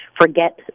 Forget